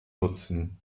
nutzen